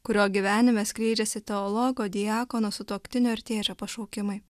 kurio gyvenime skleidžiasi teologo diakono sutuoktinio ir tėčio pašaukimai